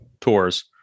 tours